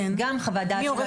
גם חוות של אלמ"ב.